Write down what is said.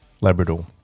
Labrador